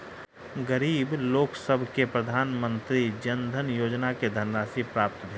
गरीब लोकसभ के प्रधानमंत्री जन धन योजना के धनराशि प्राप्त भेल